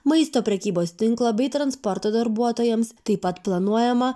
maisto prekybos tinklo bei transporto darbuotojams taip pat planuojama